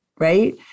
right